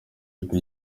w’ijwi